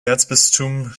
erzbistum